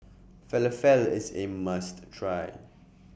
Falafel IS A must Try